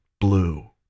blue